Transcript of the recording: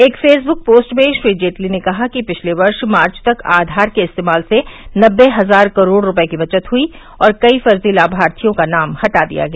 एक Facebook post में श्री जेटली ने कहा कि पिछले वर्ष मार्व तक आधार के इस्तेमाल से नबे हजार करोड़ रूपये की बचत हुई और कई फर्जी लामार्थियों का नाम हटा दिया गया